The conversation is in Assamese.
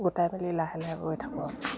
গোটাই মেলি লাহে লাহে বৈ থাকোঁ আৰু